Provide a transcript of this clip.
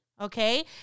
okay